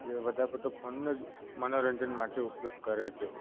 જે વધારે પડતો ફોનનો જ મનોરંજન માટે ઉપયોગ કરે છે